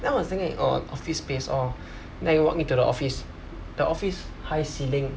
then I was thinking orh office space all then I walking into the office the office high ceiling